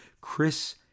chris